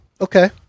Okay